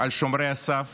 על שומרי הסף